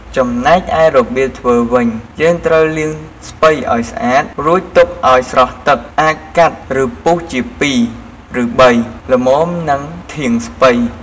ចំណែកឯរបៀបធ្វើវិញ យេីងត្រូវលាងស្ពៃឱ្យស្អាតរួចទុកឱ្យស្រស់ទឹក អាចកាត់ ឬ ពុះជាពីរឬបី ល្មមនឹងធាងស្ពៃ។